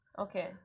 Okay